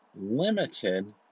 limited